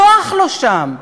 נוח לו שם.